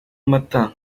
amata